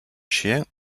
chien